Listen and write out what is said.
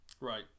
Right